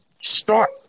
Start